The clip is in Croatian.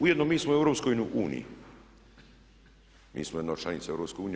Ujedno mi smo u EU, mi smo jedna od članica EU.